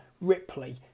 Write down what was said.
Ripley